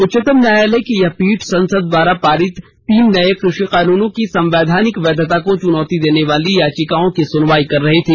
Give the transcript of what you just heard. उच्चतम न्यायालय की यह पीठ संसद द्वारा पारित तीन नए क्रषि कानूनों की संवैधानिक वैधता को चुनौती देने वाली याचिकाओं की सुनवाई कर रही थी